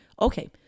Okay